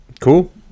Cool